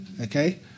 Okay